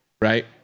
Right